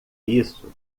isso